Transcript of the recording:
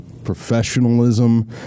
Professionalism